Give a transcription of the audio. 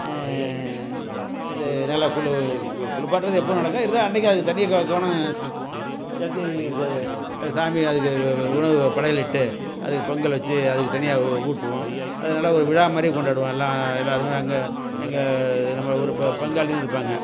இது நல்ல குளு குளிப்பாட்டுறது எப்பவும் நடக்கும் இருந்தாலும் அன்னைக்கி அதுக்கு தனியாக கவனம் செலுத்துவோம் செலுத்தி ச சாமி அது உணவு படையல் இட்டு அதுக்கு பொங்கல் வச்சு அதுக்கு தனியா ஊட்டுவோம் அது நல்லா ஒரு விழா மாதிரி கொண்டாடுவோம் எல்லா எல்லாருமே அங்கே எங்கள் நம்ம ஒரு பங்காளின்னு இருப்பாங்க